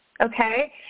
Okay